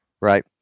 Right